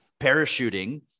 parachuting